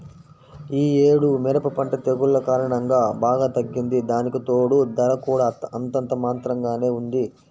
యీ యేడు మిరప పంట తెగుల్ల కారణంగా బాగా తగ్గింది, దానికితోడూ ధర కూడా అంతంత మాత్రంగానే ఉంది